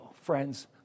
friends